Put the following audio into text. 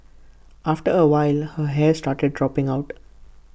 after A while her hair started dropping out